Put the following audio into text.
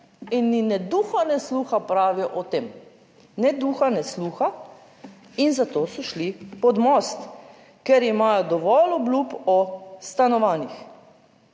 25 in ne duha ne sluha pravijo o tem. Ne duha ne sluha. In zato so šli pod most, ker imajo dovolj obljub o stanovanjih.